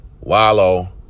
Wallow